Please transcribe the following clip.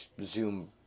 zoom